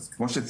אז כמו שציינתי,